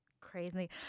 Crazy